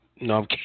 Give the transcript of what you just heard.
No